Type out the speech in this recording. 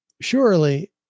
Surely